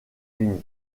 unis